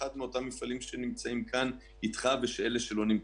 אחד מאותם מפעלים שנמצאים כאן אתך ואלה שלא נמצאים.